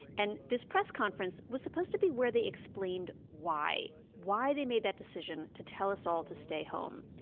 and this press conference was supposed to be where they explained why why they made that decision to tell us all to stay home.